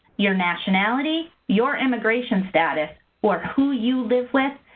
your nationality, your immigration status, or who you live with,